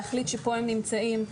להחליט שכאן הם נמצאים,